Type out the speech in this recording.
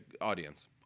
audience